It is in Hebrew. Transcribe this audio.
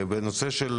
בנושא כל